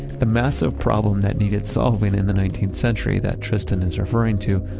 the massive problem that needed solving in the nineteenth century, that tristan is referring to,